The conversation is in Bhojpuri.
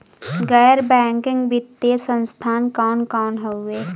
गैर बैकिंग वित्तीय संस्थान कौन कौन हउवे?